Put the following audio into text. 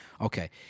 Okay